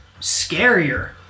scarier